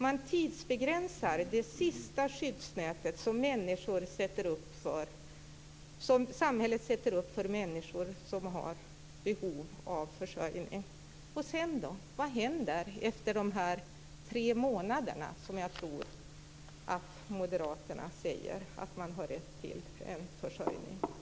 Man tidsbegränsar det sista skyddsnät som samhället sätter upp för människor som har behov av försörjning. Sedan, då? Vad händer efter de tre månader som jag tror att moderaterna säger att man ska ha rätt till en försörjning under?